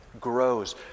grows